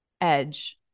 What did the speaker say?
edge